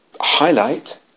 highlight